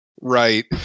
right